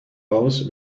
both